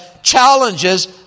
challenges